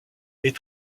est